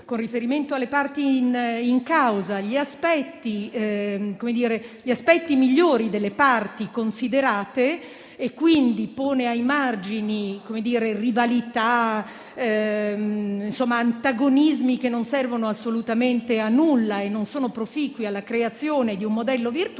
con riferimento alle parti in causa, gli aspetti migliori delle parti considerate, e quindi pone ai margini rivalità e antagonismi che non servono assolutamente a nulla e non sono proficui alla creazione di un modello virtuoso,